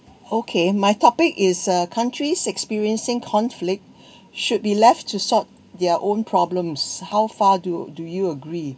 okay my topic is uh countries experiencing conflict should be left to sort their own problems how far do do you agree